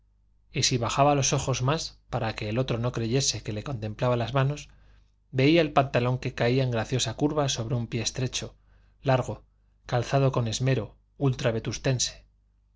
y si bajaba los ojos más para que el otro no creyese que le contemplaba las manos veía el pantalón que caía en graciosa curva sobre un pie estrecho largo calzado con esmero ultra vetustense